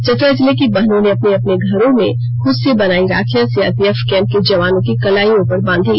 चतरा जिले की बहनों ने अपने अपने घरों में खूद से बनाई राखियां सीआरपीएफ कैम्प के जवानों की कलाईयों पर बांधी